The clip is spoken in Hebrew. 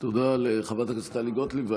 תודה לחברת הכנסת גוטליב.